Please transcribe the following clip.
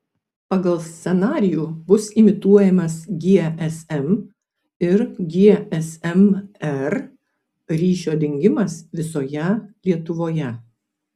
pagal scenarijų bus imituojamas gsm ir gsm r ryšio dingimas visoje lietuvoje